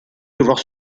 devoir